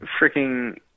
freaking